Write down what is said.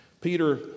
Peter